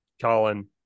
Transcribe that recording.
Colin